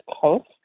Coast